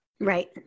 Right